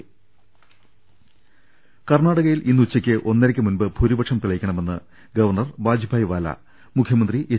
ൾ ൽ ൾ കർണാടകയിൽ ഇന്നുച്ചയ്ക്ക് ഒന്നരക്ക് മുമ്പ് ഭൂരിപക്ഷം തെളിയിക്കണമെന്ന് ഗവർണർ വാജുഭായ്വാല മുഖൃമന്ത്രി എച്ച്